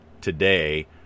today